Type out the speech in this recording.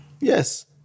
Yes